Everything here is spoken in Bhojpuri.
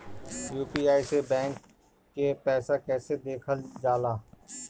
यू.पी.आई से बैंक के पैसा कैसे देखल जाला?